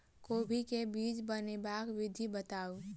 कोबी केँ बीज बनेबाक विधि बताऊ?